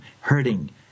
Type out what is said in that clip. hurting